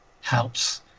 helps